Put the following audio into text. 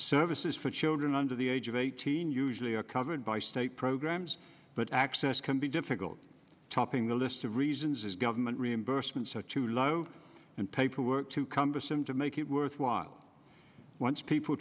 services for children under the age of eighteen usually are covered by state programs but access can be difficult topping the list of reasons as government reimbursements are too low and paperwork too cumbersome to make it worthwhile once people